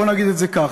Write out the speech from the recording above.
בוא נגיד את זה כך.